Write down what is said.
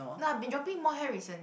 no I've been dropping more hair recently